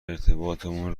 ارتباطمون